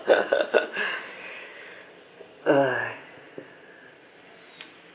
!hais!